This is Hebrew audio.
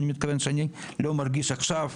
אני מתכוון שאני לא מרגיש עכשיו,